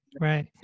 Right